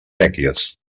séquies